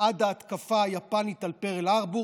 עד ההתקפה היפנית על פרל הארבור,